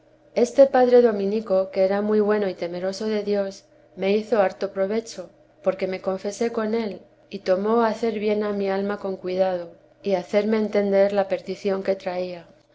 este padre dominico que era muy bueno y temeroso de dios me hizo harto provecho porque me confesé con él y tomó hacer bien a mi alma con cuidado y hacerme entender la perdición que traía